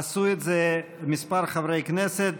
עשו את זה כמה חברי כנסת.